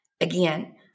again